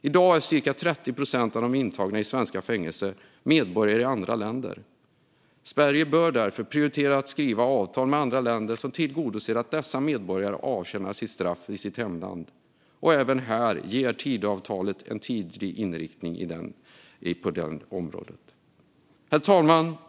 I dag är cirka 30 procent av de intagna i svenska fängelser medborgare i andra länder. Sverige bör därför prioritera att skriva avtal med andra länder som tillgodoser att dessa medborgare avtjänar sina straff i sina hemländer. Även här anger Tidöavtalet en tydlig inriktning. Herr talman!